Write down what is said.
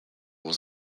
was